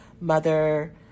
mother